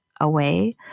away